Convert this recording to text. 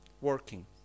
working